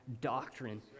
doctrine